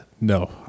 no